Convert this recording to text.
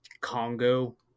Congo